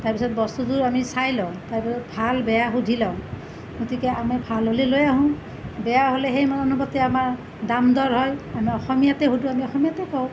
তাৰপিছত বস্তুটো আমি চাই ল'ম তাৰপিছত ভাল বেয়া সুধি ল'ম গতিকে আমি ভাল হ'লে লৈ আহোঁ বেয়া হ'লে সেই অনুপাতে আমাৰ দাম দৰ হয় আমি অসমীয়াতে সোধোঁ আমি অসমীয়াতে কওঁ